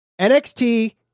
NXT